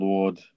Lord